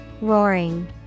Roaring